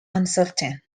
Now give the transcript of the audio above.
uncertain